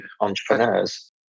entrepreneurs